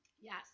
Yes